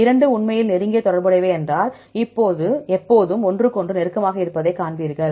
இரண்டு உண்மையில் நெருங்கிய தொடர்புடையவை என்றால் எப்போதும் ஒன்றுக்கொன்று நெருக்கமாக இருப்பதை காண்பீர்கள்